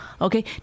Okay